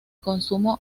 consumo